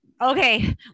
okay